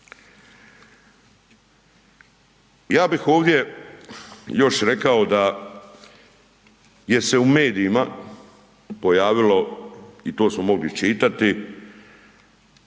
Ja bih ovdje još rekao da gdje se u medijima pojavilo i to smo mogli čitati,